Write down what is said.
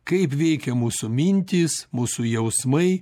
kaip veikia mūsų mintys mūsų jausmai